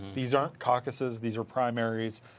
these are caucuses. these are primaries.